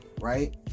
Right